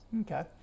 Okay